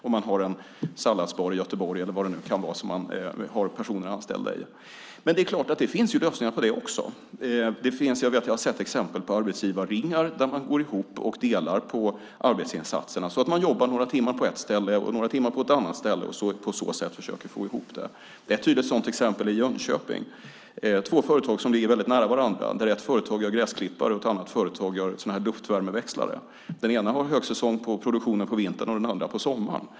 Man kanske har en salladsbar i Göteborg eller vad det nu kan vara som man har personer anställda i. Men det finns så klart lösningar på detta också. Jag har sett exempel på arbetsgivarringar där man går ihop och delar på arbetsinsatserna så att man jobbar några timmar på ett ställe och några timmar på ett annat ställe och på så sätt försöker få ihop det. Det finns ett tydligt sådant exempel i Jönköping. Där finns två företag som ligger nära varandra. Ett företag gör gräsklippare och det andra gör luftvärmeväxlare. Det ena har högsäsong på produktionen på vintern och det andra på sommaren.